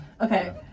Okay